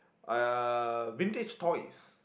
uh vintage toys